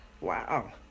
Wow